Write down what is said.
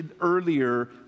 earlier